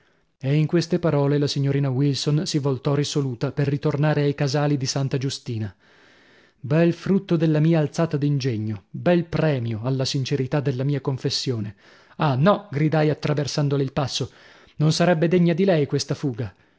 e in queste parole la signorina wilson si voltò risoluta per ritornare ai casali di santa giustina bel frutto della mia alzata d'ingegno bel premio alla sincerità della mia confessione ah no gridai attraversandole il passo non sarebbe degna di lei questa fuga